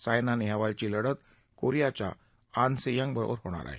सायना नेहवालची लढत कोरियाच्या आन से यंगबरोबर होणार आहे